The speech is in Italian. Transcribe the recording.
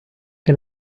che